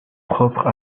propre